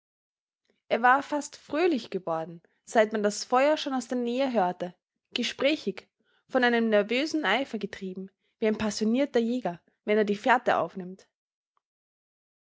er war fast fröhlich geworden seit man das feuer schon aus der nähe hörte gesprächig von einem nervösen eifer getrieben wie ein passionierter jäger wenn er die fährte aufnimmt